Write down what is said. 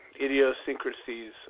idiosyncrasies